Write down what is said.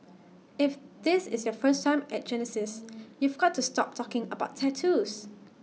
if this is your first time at Genesis you've got to stop talking about tattoos